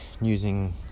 using